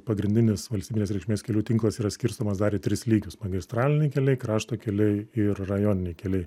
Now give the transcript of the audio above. pagrindinis valstybinės reikšmės kelių tinklas yra skirstomas dar į tris lygius magistraliniai keliai krašto keliai ir rajoniniai keliai